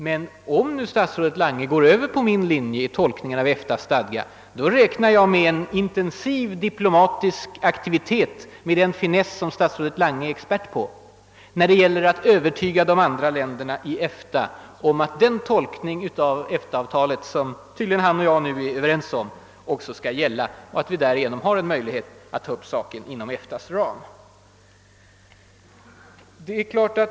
Men om handelsministern nu går över till min linje beträffande tolkningen av EFTA:s stadgar räknar jag med en intensiv diplomatisk aktivitet av herr Lange. Jag hoppas att han, med den finess som han är expert på, nu försöker övertyga de andra länderna i EFTA om att den tolkning av EFTA-avtalet som han och jag tydligen är överens om, skall vara vägledande och att vi således har en möjlighet att ta upp saken inom EFTA:S Tam.